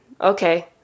Okay